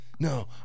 No